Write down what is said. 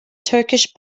turkish